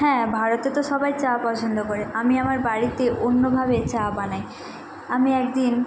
হ্যাঁ ভারতে তো সবাই চা পছন্দ করে আমি আমার বাড়িতে অন্যভাবে চা বানাই আমি একদিন